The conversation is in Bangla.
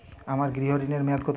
আমার গৃহ ঋণের মেয়াদ কত?